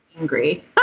angry